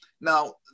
Now